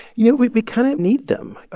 you know, we we kind of need them.